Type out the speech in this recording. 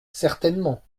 certainement